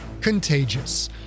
*Contagious*